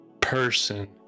person